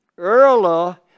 Earlier